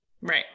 Right